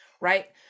Right